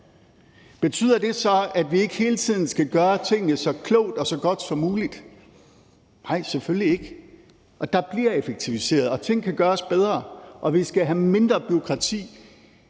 Betyder det så, at vi ikke hele tiden skal gøre tingene så klogt og så godt som muligt? Nej, selvfølgelig ikke, og der bliver effektiviseret, og tingene kan gøres bedre, og vi skal have mindre bureaukrati,